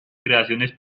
creaciones